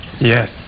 Yes